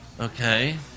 Okay